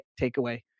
takeaway